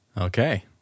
Okay